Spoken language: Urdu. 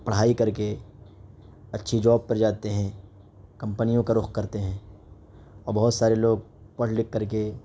پڑھائی کر کے اچھی جاب پر جاتے ہیں کمپنیوں کا رخ کرتے ہیں اور بہت سارے لوگ پڑھ لکھ کر کے